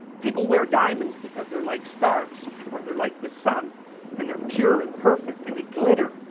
people wear diamonds because they are like stars or they are like the sun and they are pure and perfect and they glitter,